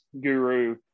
guru